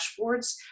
dashboards